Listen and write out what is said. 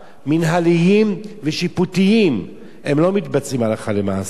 מינהליים ושיפוטיים הם לא מתבצעים הלכה למעשה.